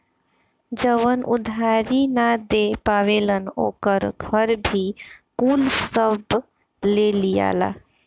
जवन उधारी ना दे पावेलन ओकर घर भी कुल सब ले लियाला